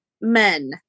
men